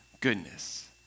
goodness